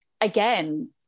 again